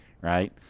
right